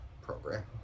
program